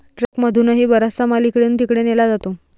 ट्रकमधूनही बराचसा माल इकडून तिकडे नेला जातो